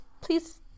please